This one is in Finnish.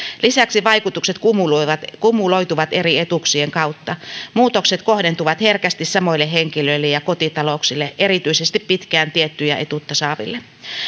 lisäksi vaikutukset kumuloituvat kumuloituvat eri etuuksien kautta muutokset kohdentuvat herkästi samoille henkilöille ja kotitalouksille erityisesti pitkään tiettyä etuutta saaville